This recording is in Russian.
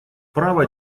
право